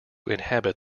inhabit